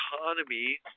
economy